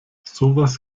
sowas